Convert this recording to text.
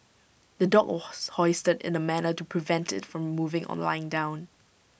the dog hoisted in A manner to prevent IT from moving or lying down